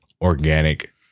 organic